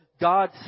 God